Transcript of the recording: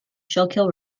schuylkill